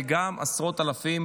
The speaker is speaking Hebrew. וגם עשרות אלפים